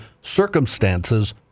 circumstances